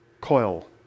coil